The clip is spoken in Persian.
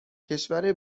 کشور